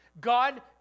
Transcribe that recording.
God